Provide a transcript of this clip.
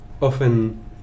often